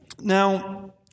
Now